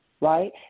right